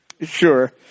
Sure